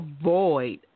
avoid